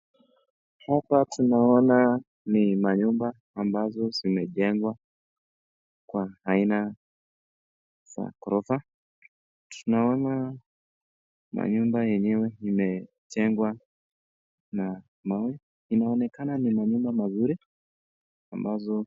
Hapa tunaona ni manyumba ambazo zimejengwa kwa aina za ghorofa. Tunaona manyumba enyewe imejengwa na mawe. Inaonekana ni manyumba mazuri ambazo...